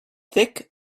thick